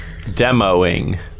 Demoing